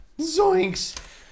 Zoinks